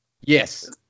Yes